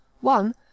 one